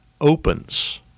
opens